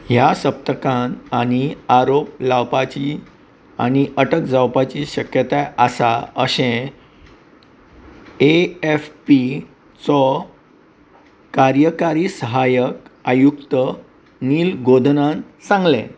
ह्या सप्तकांत आनीक आरोप लावपाची आनी अटक जावपाची शक्यताय आसा अशें ए एफ पी चो कार्यकारी सहाय्यक आयुक्त नील गॉघनान सांगलें